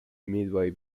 midway